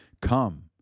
Come